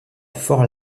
fort